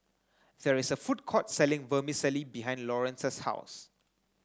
there is a food court selling Vermicelli behind Lawerence's house